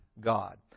God